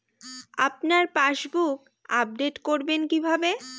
আপনার passbook update করবেন কিভাবে?